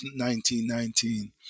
1919